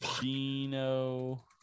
Dino